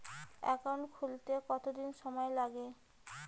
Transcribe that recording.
Account খুলতে কতদিন সময় লাগে?